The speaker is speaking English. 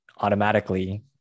automatically